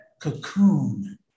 cocoon